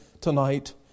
tonight